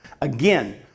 Again